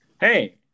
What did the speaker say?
hey